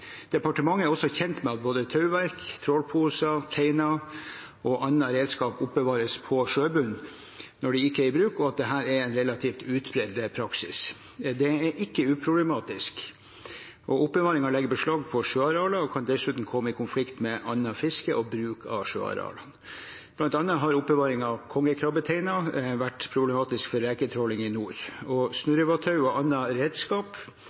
Departementet er også kjent med at både tauverk, trålposer, teiner og annet redskap oppbevares på sjøbunnen når det ikke er i bruk, og at dette er en relativt utbredt praksis. Det er ikke uproblematisk, og oppbevaringen legger beslag på sjøarealer og kan dessuten komme i konflikt med annet fiske og bruk av sjøarealene. Blant annet har oppbevaring av kongekrabbeteiner vært problematisk for reketråling i nord. Snurrevadtau og